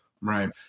Right